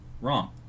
Wrong